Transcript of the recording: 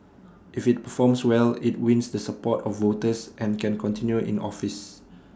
if IT performs well IT wins the support of voters and can continue in office